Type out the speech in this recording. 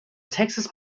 texas